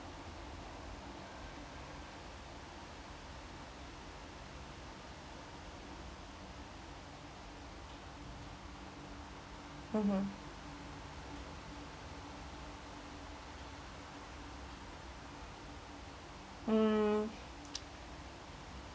mmhmm mm